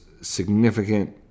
significant